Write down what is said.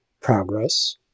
progress